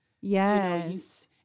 Yes